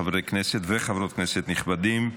חברי כנסת וחברות כנסת נכבדים,